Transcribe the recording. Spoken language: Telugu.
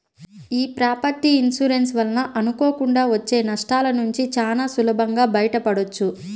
యీ ప్రాపర్టీ ఇన్సూరెన్స్ వలన అనుకోకుండా వచ్చే నష్టాలనుంచి చానా సులభంగా బయటపడొచ్చు